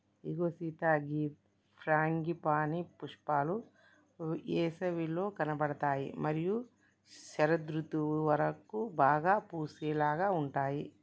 ఇగో సీత గీ ఫ్రాంగిపానీ పుష్పాలు ఏసవిలో కనబడుతాయి మరియు శరదృతువు వరకు బాగా పూసేలాగా ఉంటాయి